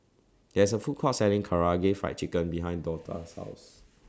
There IS A Food Court Selling Karaage Fried Chicken behind Dortha's House